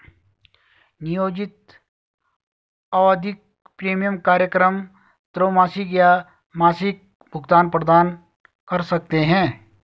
नियोजित आवधिक प्रीमियम कार्यक्रम त्रैमासिक या मासिक भुगतान प्रदान कर सकते हैं